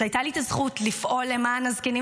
כשהייתה לי את הזכות לפעול למען הזקנים